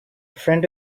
friend